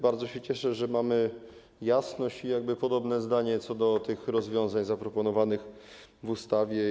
Bardzo się cieszę, że mamy jasność i podobne zdanie co do rozwiązań zaproponowanych w ustawie.